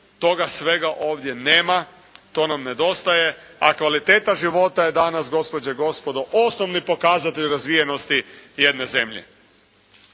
Toga svega ovdje nema, to nam nedostaje, a kvaliteta života je danas gospođe i gospodo osnovni pokazatelj razvijenosti jedne zemlje.